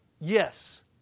yes